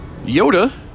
Yoda